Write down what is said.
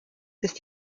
ist